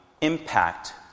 impact